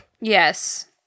Yes